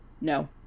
no